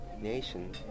nation